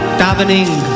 davening